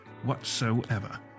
whatsoever